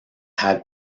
had